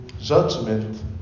judgment